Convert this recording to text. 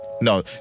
No